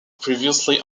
previously